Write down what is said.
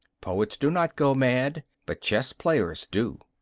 poets do not go mad but chess-players do.